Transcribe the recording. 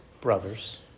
Brothers